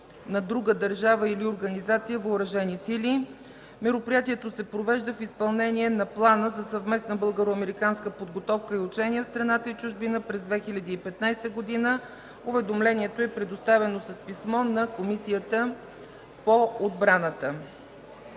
на друга държава или организация, въоръжени сили. Мероприятието се провежда в изпълнение на Плана за съвместна българо-американска подготовка и учение в страната и чужбина през 2015 г. Уведомлението е представено с писмо на Комисията по отбрана.